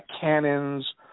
Cannons